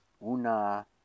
una